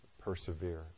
persevere